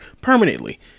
permanently